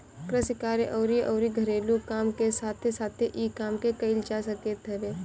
कृषि कार्य अउरी अउरी घरेलू काम के साथे साथे इ काम के कईल जा सकत हवे